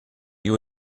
you